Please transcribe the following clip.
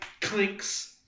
clinks